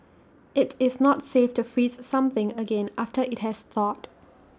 IT is not safe to freeze something again after IT has thawed